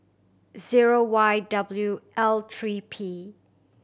zero Y W L three P